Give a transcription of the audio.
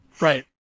Right